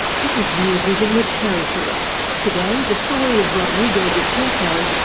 this is rear vision, with keri phillips. today, the story of rodrigo duterte,